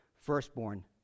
firstborn